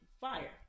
fire